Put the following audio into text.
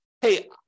hey